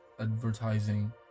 Advertising